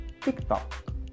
TikTok